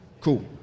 Cool